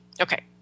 Okay